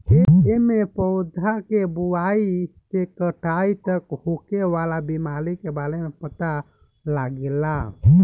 एमे पौधा के बोआई से कटाई तक होखे वाला बीमारी के बारे में पता लागेला